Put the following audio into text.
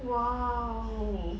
!wow!